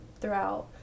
throughout